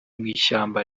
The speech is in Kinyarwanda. mw’ishyamba